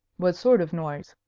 what sort of noise?